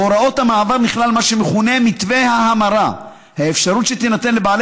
בהוראות המעבר נכלל מה שמכונה מתווה ההמרה: האפשרות שתינתן לבעלי